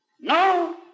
No